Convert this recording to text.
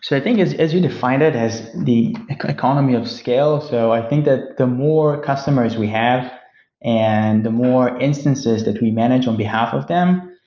so think as as you defined it as the economy of scale. so i think that the more customers we have and the more instances that we manage on behalf of them,